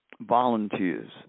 volunteers